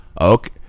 okay